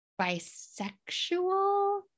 bisexual